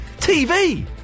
TV